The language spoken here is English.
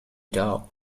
dog